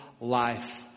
life